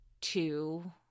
two